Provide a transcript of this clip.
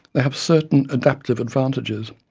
they have certain adaptive advantages.